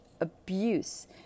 abuse